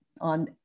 on